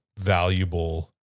valuable